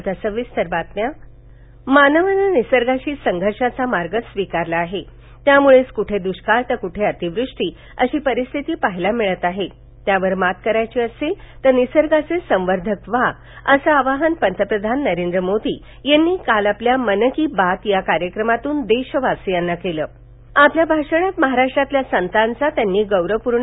मन की बात मानवानं निसर्गाशी संघर्षांचा मार्ग स्वीकारला आहे त्यामुळेच कुठे दुष्काळ तर कुठे अतिवृष्टी अशी परिस्थिती पाहायला मिळत आहे त्यावर मात करायची असेल तर निसर्गाचे संवर्धक व्हा असं आवाहन पंतप्रधान नरेंद्र मोदी यांनी काल आपल्या मन की बात या कार्यक्रमातून देशवासियांना केलंआपल्या भाषणात महाराष्ट्रातील संतांचा त्यांनी गौरवपूर्ण